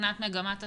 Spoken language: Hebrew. מבחינת מגמת התחלואה.